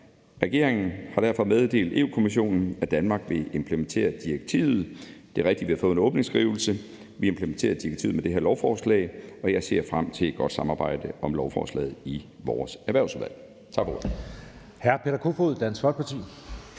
Regeringen har derfor meddelt Europa-Kommissionen, at Danmark vil implementere direktivet. Det er rigtigt, at vi har fået en åbningsskrivelse. Vi implementerer direktivet med det her lovforslag, og jeg ser frem til et godt samarbejde om lovforslaget i vores Erhvervsudvalg. Tak for ordet.